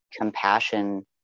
compassion